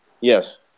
yes